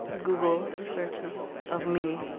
google searches of me.